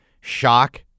shock –